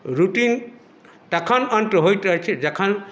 routine तखन अंत होइत अछि जखन